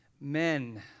Men